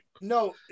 No